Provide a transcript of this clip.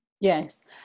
Yes